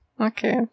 okay